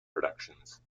productions